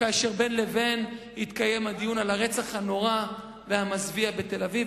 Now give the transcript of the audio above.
כאשר בין לבין יתקיים דיון על הרצח הנורא והמזוויע בתל-אביב,